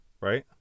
right